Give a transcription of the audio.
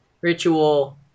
ritual